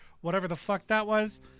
whatever-the-fuck-that-was